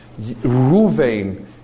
Ruvain